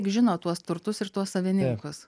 žino tuos turtus ir tuos savininkus